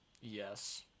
Yes